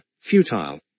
futile